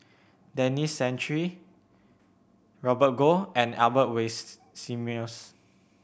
Denis Santry Robert Goh and Albert